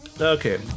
Okay